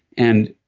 and